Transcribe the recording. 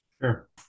Sure